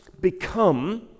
become